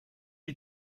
she